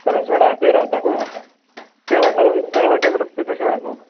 करासवाडा रावता गो त्या वाटारान रस्ते कशे आसा गो